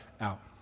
out